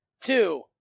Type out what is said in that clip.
two